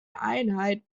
einheit